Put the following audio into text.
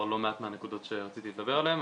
לא מעט מהנקודות שרציתי לדבר עליהן,